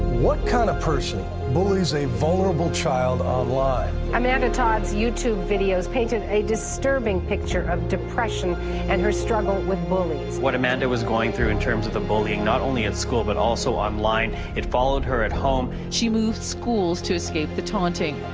what kind of person bullies a vulnerable child online? amanda todd's youtube videos painted a disturbing picture of depression and her struggle with bullies. what amanda was going through in terms of the bullying not only at school, but also online, it followed her at home. she moved schools to escape the taunting,